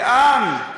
לאן?